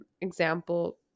example